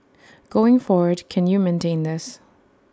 going forward can you maintain this